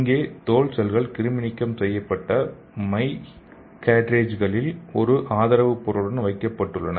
இங்கே தோல் செல்கள் கிருமி நீக்கம் செய்யப்பட்ட மை கேர்ட்ரேஜ்களில் ஒரு ஆதரவு பொருளுடன் வைக்கப்பட்டுள்ளன